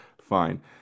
fine